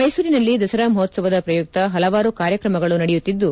ಮೈಸೂರಿನಲ್ಲಿ ದಸರಾ ಮಹೋತ್ಲವದ ಪ್ರಯುಕ್ತ ಹಲವಾರು ಕಾರ್ಯಕ್ರಮಗಳು ನಡೆಯುತ್ತಿದ್ದು